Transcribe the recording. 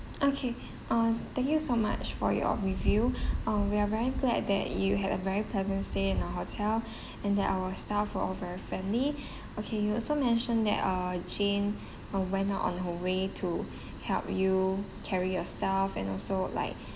okay uh thank you so much for your review um we are very glad that you had a very pleasant stay in our hotel and that our staff were all very friendly okay you also mentioned that uh jane um went out on her way to help you carry your stuff and also like